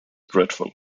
dreadful